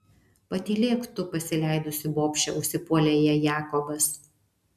patylėk tu pasileidusi bobše užsipuolė ją jakobas